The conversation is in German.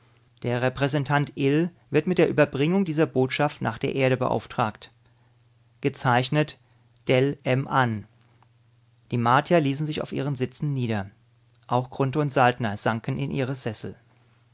der repräsentant ill wird mit der überbringung dieser botschaft nach der erde beauftragt gezeichnet del em an die martier ließen sich auf ihren sitzen nieder auch grunthe und saltner sanken in ihre sessel